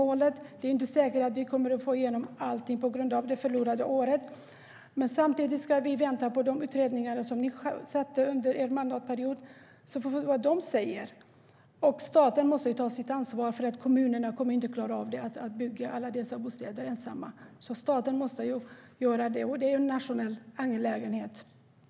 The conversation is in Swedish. På grund av det förlorade året är det inte säkert att vi kommer att få igenom allting. Samtidigt ska vi vänta på de utredningar som ni själva sjösatte under er mandatperiod och se vad de säger.